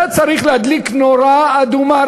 זה צריך להדליק נורה אדומה,